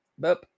Boop